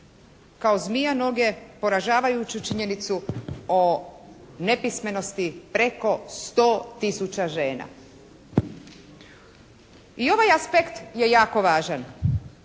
kao zmija noge poražavajuću činjenicu o nepismenosti preko 100 tisuća žena. I ovaj aspekt je jako važan.